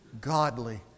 godly